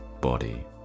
body